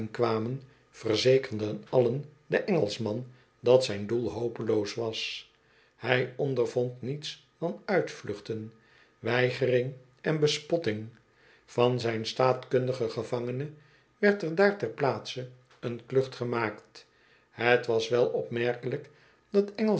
kwamen verzekerden allen den engelsen man dat zijn doel hopeloos was hij ondervond niets dan uitvluchten weigering en bespotting yan zijn staatkundigen gevangene werd er daar ter plaatse een klucht gemaakt het was wel opmerkelijk dat